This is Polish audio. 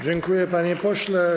Dziękuję, panie pośle.